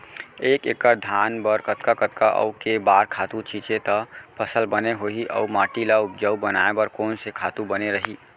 एक एक्कड़ धान बर कतका कतका अऊ के बार खातू छिंचे त फसल बने होही अऊ माटी ल उपजाऊ बनाए बर कोन से खातू बने रही?